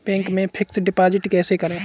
Bank में fix deposit कैसे करें?